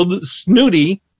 snooty